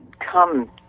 come